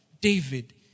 David